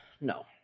no